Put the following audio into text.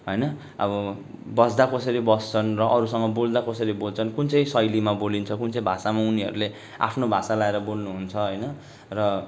होइन अब बस्दा कसरी बस्छन् र अरूसँग बोल्दा कसरी बोल्छन् कुन चाहिँ शैलीमा बोलिन्छ कुन चाहिँ भाषामा उनीहरूले आफ्नो भाषा लाएर बोल्नु हुन्छ होइन र